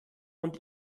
und